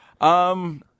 Um-